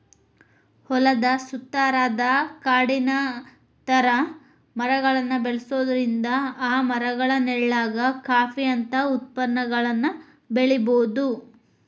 ಹೊಲದ ಸುತ್ತಾರಾದ ಕಾಡಿನ ತರ ಮರಗಳನ್ನ ಬೆಳ್ಸೋದ್ರಿಂದ ಆ ಮರಗಳ ನೆಳ್ಳಾಗ ಕಾಫಿ ಅಂತ ಉತ್ಪನ್ನಗಳನ್ನ ಬೆಳಿಬೊದು